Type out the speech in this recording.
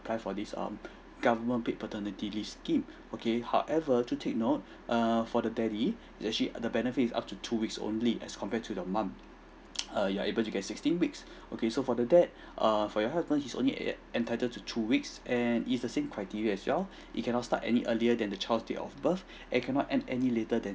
apply for this um government paid paternity leave scheme okay however do take note err for the daddy that she the benefits is up to two weeks only as compared to the mom err you are able to get sixteen weeks okay so for the dad err for your husband his only en~ entitled to two weeks and it's the same criteria as well he cannot start any earlier than the child date of birth it cannot end any later than